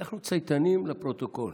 אנחנו צייתנים לפרוטוקול.